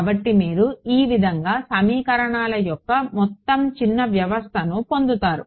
కాబట్టి మీరు ఈ విధంగా సమీకరణాల యొక్క మొత్తం చిన్న వ్యవస్థను పొందుతారు